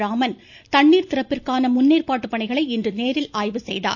ராமன் தண்ணீர் திறப்பிற்கான முன்னேற்பாட்டு பணிகளை இன்று நேரில் ஆய்வு செய்தார்